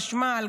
חשמל,